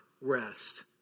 rest